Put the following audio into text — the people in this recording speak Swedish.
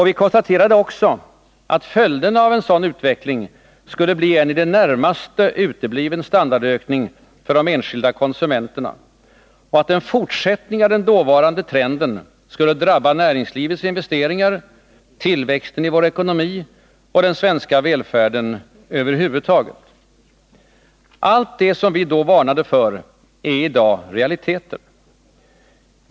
Vi konstaterade också att följderna av en sådan utveckling skulle bli en i det närmaste utebliven standardökning för de enskilda konsumenterna och att en fortsättning av den dåvarande trenden skulle drabba näringslivets investeringar, tillväxten i vår ekonomi och den svenska välfärden över huvud taget. Allt det vi då varnade för är i dag realiteter.